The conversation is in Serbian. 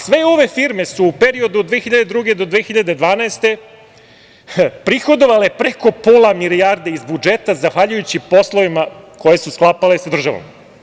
Sve ove firme su u periodu od 2002. do 2012. godine prihodovale preko pola milijarde iz budžeta, zahvaljujući poslovima koje su sklapale sa državom.